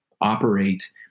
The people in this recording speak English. operate